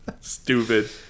Stupid